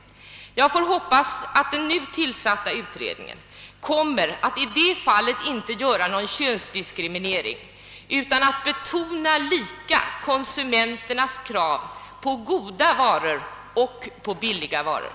Jag får hoppas att den nu tillsatta utredningen i det fallet inte kommer att göra någon könsdiskriminering utan lika betona konsumenternas krav på såväl goda varor som billiga varor.